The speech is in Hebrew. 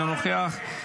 אינו נוכח,